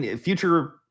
future